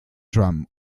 drum